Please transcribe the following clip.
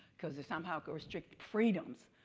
because they somehow can restrict freedoms.